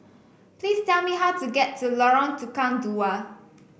please tell me how to get to Lorong Tukang Dua